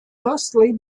mostly